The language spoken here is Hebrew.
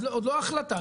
זה עוד לא החלטה,